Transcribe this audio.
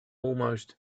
almost